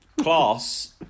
class